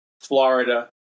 Florida